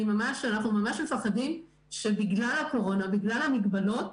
אנחנו ממש מפחדים שבגלל הקורונה, בגלל המגבלות,